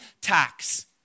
tax